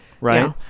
right